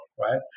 right